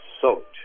soaked